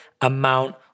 amount